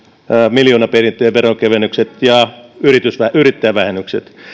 miljoonaperintöjen veronkevennykset ja yrittäjävähennykset